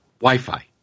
Wi-Fi